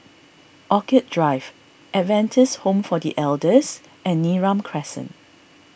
Orchid Drive Adventist Home for the Elders and Neram Crescent